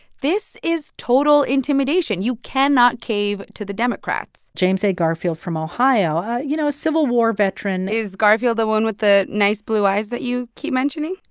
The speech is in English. this is total intimidation. you cannot cave to the democrats james a. garfield from ohio you know, a civil war veteran is garfield the one with the nice blue eyes that you keep mentioning?